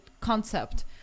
concept